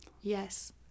yes